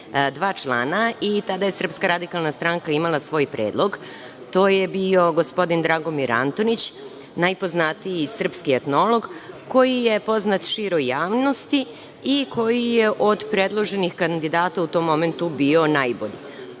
2. člana i tada je SRS imala svoj predlog, a to je bio gospodin Dragomir Antonić, najpoznatiji srpski etnolog koji je poznat široj javnosti i koji je od predloženih kandidata u tom momentu bio najbolji.